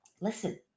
Listen